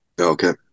Okay